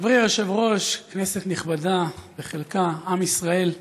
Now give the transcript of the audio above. חברי היושב-ראש, כנסת נכבדה, בחלקה, עם ישראל,